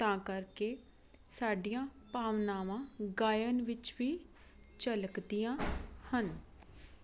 ਤਾਂ ਕਰਕੇ ਸਾਡੀਆਂ ਭਾਵਨਾਵਾਂ ਗਾਇਨ ਵਿੱਚ ਵੀ ਝਲਕਦੀਆਂ ਹਨ